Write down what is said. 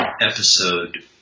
episode